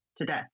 today